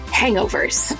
hangovers